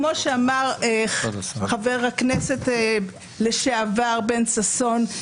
כמו שאמר חבר הכנסת לשעבר בן ששון,